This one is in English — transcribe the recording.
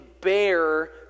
bear